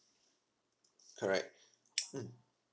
correct mm